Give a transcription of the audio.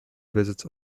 visits